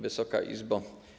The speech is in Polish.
Wysoka Izbo!